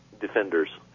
defenders